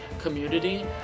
community